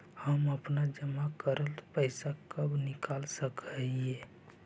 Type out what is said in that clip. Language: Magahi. हम अपन जमा करल पैसा कब निकाल सक हिय?